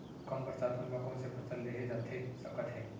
कम बरसात होए मा कौन से फसल लेहे जाथे सकत हे?